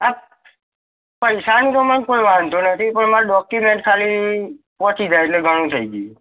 હા પૈસાનો તો મને કોઈ વાંધો નથી પણ મારાં ડોક્યુમેન્ટ ખાલી પહોંચી જાય એટલે ઘણું થઇ ગયું